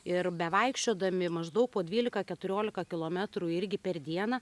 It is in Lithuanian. ir bevaikščiodami maždaug po dvylika keturiolika kilometrų irgi per dieną